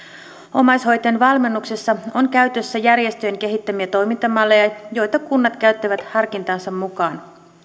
omaishoitajan valmennuksessa on käytössä järjestöjen kehittämiä toimintamalleja joita kunnat käyttävät harkintansa mukaan